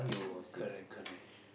correct correct